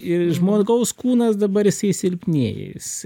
ir žmogaus kūnas dabar jisai silpnėja jis